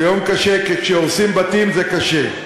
זה יום קשה כי כשהורסים בתים זה קשה.